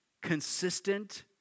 consistent